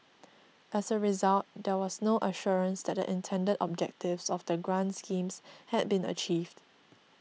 as a result there was no assurance that the intended objectives of the grant schemes had been achieved